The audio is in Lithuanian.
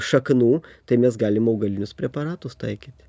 šaknų tai mes galim augalinius preparatus taikyti